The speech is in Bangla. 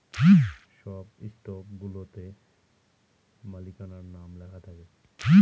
সব স্টকগুলাতে মালিকানার নাম লেখা থাকে